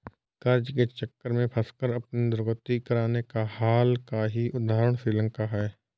कर्ज के चक्र में फंसकर अपनी दुर्गति कराने का हाल का ही उदाहरण श्रीलंका है